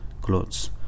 clothes